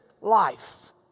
life